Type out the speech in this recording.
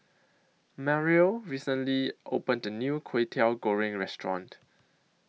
Mariel recently opened A New Kway Teow Goreng Restaurant